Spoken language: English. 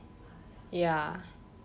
ya